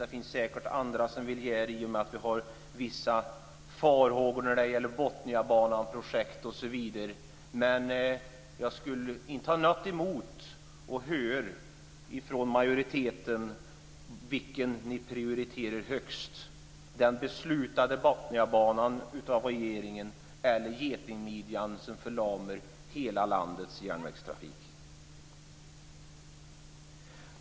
Det finns säkert andra som vill göra det i och med att vi har vissa farhågor när det gäller Botniabananprojektet. Men jag skulle inte ha något emot att höra från majoriteten vilken ni prioriterar högst, den av regeringen beslutade Botniabanan eller getingmidjan som förlamar hela landets järnvägstrafik.